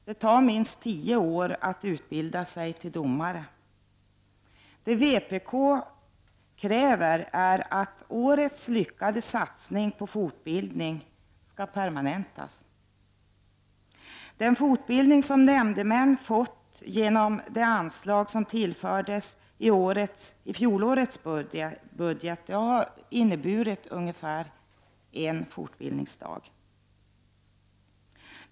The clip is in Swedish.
Det tar minst tio år att utbilda sig till domare. Vad vpk kräver är att årets lyckade satsning på fortbildning skall permanentas. Den fortbildning som nämndemän har fått genom det anslag som tillfördes i fjolårets budget har inneburit ungefär en dags fortbildning.